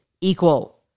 equal